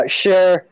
share